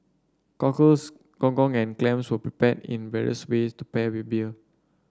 cockles gong gong and clams are prepared in various ways to pair with beer